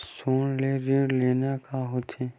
सोना ले ऋण लेना का होथे?